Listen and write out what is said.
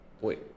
Wait